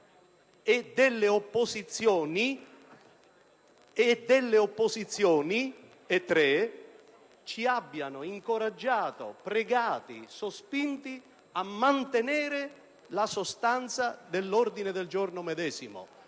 e delle opposizioni - ci abbiano incoraggiati, pregati, sospinti a mantenere la sostanza dell'ordine del giorno medesimo.